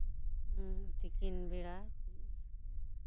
ᱛᱤᱠᱤᱱ ᱵᱮᱲᱟ